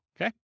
Okay